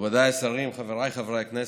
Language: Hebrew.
מכובדיי השרים, חבריי חברי הכנסת,